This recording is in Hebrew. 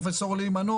פרופסור ליימן,